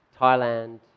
Thailand